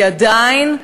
כי עדיין,